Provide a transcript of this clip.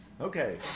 okay